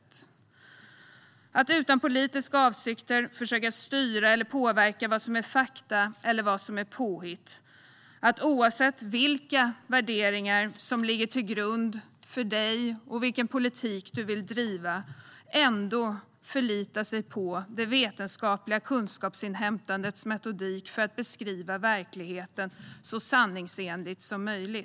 Det handlar om att utan politiska avsikter försöka styra eller påverka vad som är fakta och vad som är påhitt och att, oavsett vilka värderingar som ligger till grund för den politik man vill driva, ändå förlita sig på det vetenskapliga kunskapsinhämtandets metodik för att beskriva verkligheten så sanningsenligt som möjligt.